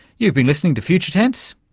you've been listening to future tense,